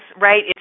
right